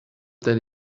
that